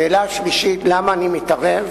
שאלה שלישית, למה אני מתערב,